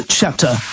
chapter